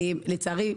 לצערי,